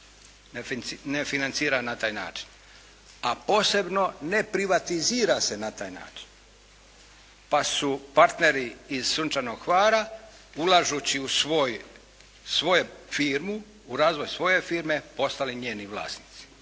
ne financira na taj način, a posebno ne privatizira se na taj način, pa su partneri iz "Sunčanog Hvara" ulažući u svoju firmu, u razvoj svoje firme postale njeni vlasnici.